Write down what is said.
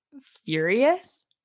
furious